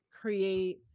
create